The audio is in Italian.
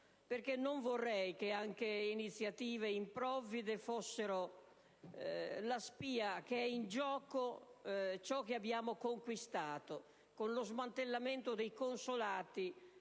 non vorrei che anche iniziative improvvide fossero la spia che è in gioco ciò che abbiamo conquistato: con lo smantellamento dei consolati,